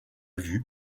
vue